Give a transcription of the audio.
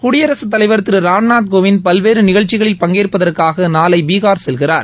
குடியரசுத் தலைவர் திரு ராம்நாத் கோவிந்த் பல்வேறு நிகழ்ச்சிகளில் பங்கேற்பதற்காக நாளை பீகார் செல்கிறார்